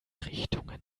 richtungen